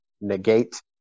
negate